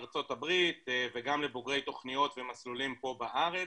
ארצות הברית וגם לבוגרי תכניות ומסלולים פה בארץ.